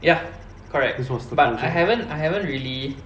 ya correct but I haven't I haven't really